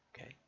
okay